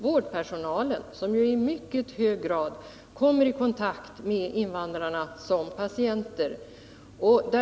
Vårdpersonal kommer ju i mycket hög grad i kontakt med invandrarna som patienter.